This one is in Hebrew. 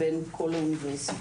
בין כל האוניברסיטאות,